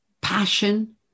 passion